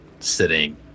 sitting